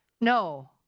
No